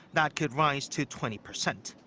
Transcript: that could rise to twenty percent.